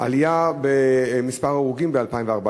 העלייה במספר ההרוגים ב-2014,